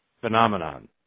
phenomenon